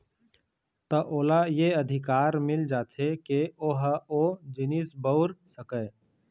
त ओला ये अधिकार मिल जाथे के ओहा ओ जिनिस बउर सकय